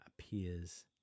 appears